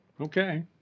Okay